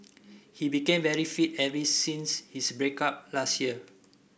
he became very fit ever since his break up last year